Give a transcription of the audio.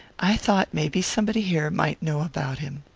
i thought maybe somebody here might know about him.